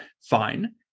fine